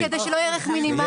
כדי שלא יהיה ערך מינימלי.